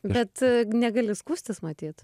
bet negali skųstis matyt